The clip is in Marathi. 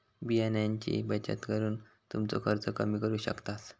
बियाण्यांची बचत करून तुमचो खर्च कमी करू शकतास